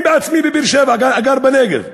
אני בעצמי גר בנגב.